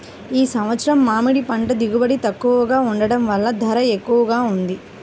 ఈ సంవత్సరం మామిడి పంట దిగుబడి తక్కువగా ఉండటం వలన ధర ఎక్కువగా ఉంది